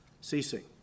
ceasing